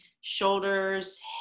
shoulders